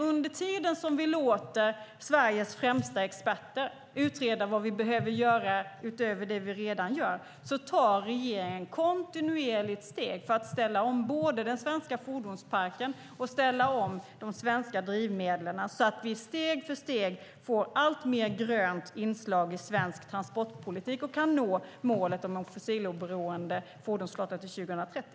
Under tiden som vi låter Sveriges främsta experter utreda vad vi behöver göra utöver det vi redan gör tar alltså regeringen kontinuerligt steg för att ställa om både den svenska fordonsparken och de svenska drivmedlen så att vi steg för steg får ett allt grönare inslag i svensk transportpolitik och kan nå målet om en fossiloberoende fordonsflotta till 2030.